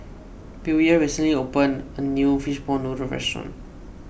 Billye recently opened a new Fishball Noodle restaurant